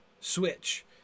switch